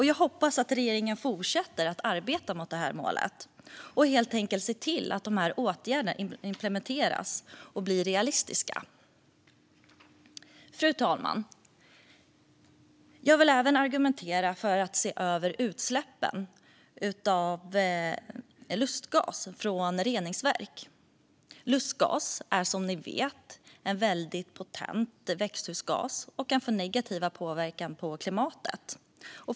Jag hoppas att regeringen fortsätter att arbeta mot detta mål och ser till att dessa åtgärder implementeras och blir realistiska. Fru talman! Jag vill även argumentera för att utsläppen av lustgas från reningsverk bör ses över. Lustgas är, som ni som lyssnar på detta vet, en väldigt potent växthusgas som kan få negativ påverkan på klimatet.